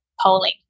polling